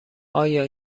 آیا